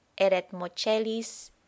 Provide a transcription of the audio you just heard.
eretmochelis